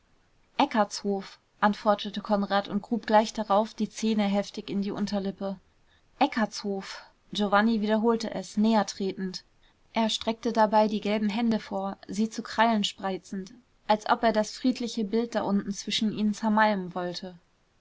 eckartshof antwortete konrad und grub gleich darauf die zähne heftig in die unterlippe eckartshof giovanni wiederholte es nähertretend er streckte dabei die gelben hände vor sie zu krallen spreizend als ob er das friedliche bild da unten zwischen ihnen zermalmen wollte